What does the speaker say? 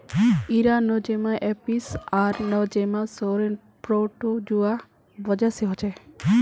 इरा Nosema apis आर Nosema ceranae protozoa वजह से होछे